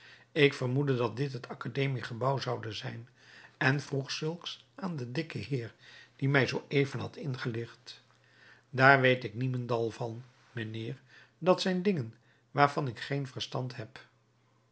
ik vermoedde dat dit het akademie gebouw zoude zijn en vroeg zulks aan den dikken heer die mij zoo even had ingelicht daar weet ik niemendal van mijnheer dat zijn dingen waarvan ik geen verstand heb